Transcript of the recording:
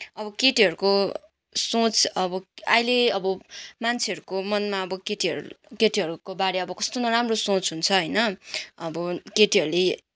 अब केटीहरूको सोच अब अहिले अब मान्छेहरूको मनमा अब केटीहरू केटीहरूको बारे अब कस्तो नराम्रो सोच हुन्छ होइन अब केटीहरूले